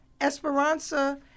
Esperanza